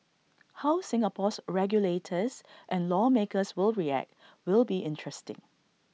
how Singapore's regulators and lawmakers will react will be interesting